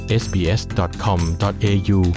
sbs.com.au